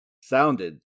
sounded